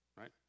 right